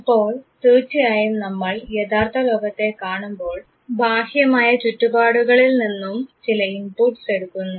അപ്പോൾ തീർച്ചയായും നമ്മൾ യഥാർഥ ലോകം കാണുമ്പോൾ ബാഹ്യമായ ചുറ്റുപാടുകളിൽ നിന്നും ചില ഇൻപുട്ട്സ് എടുക്കുന്നു